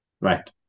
Right